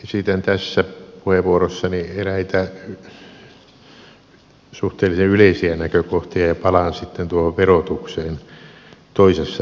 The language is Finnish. esitän tässä puheenvuorossani eräitä suhteellisen yleisiä näkökohtia ja palaan sitten tuohon verotukseen toisessa puheenvuorossa